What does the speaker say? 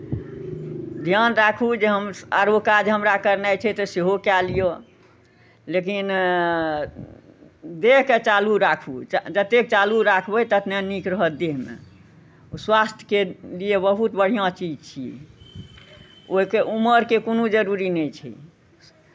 ध्यान राखू जे हम आरो काज हमरा करनाइ छै तऽ सेहो कए लिअ लेकिन देहके चालू राखू ज जतेक चालू राखबै ततने नीक रहत देहमे ओ स्वास्थ्यके लिए बहुत बढ़िआँ चीज छियै ओहिके उमरके कोनो जरूरी नहि छै